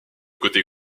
côté